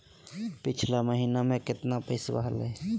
पिछला महीना मे कतना पैसवा हलय?